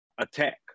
attack